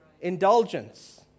indulgence